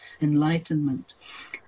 enlightenment